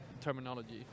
terminology